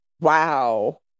Wow